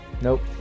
Nope